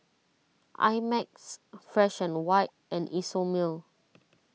I Max Fresh and White and Isomil